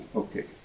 okay